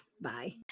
Bye